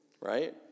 right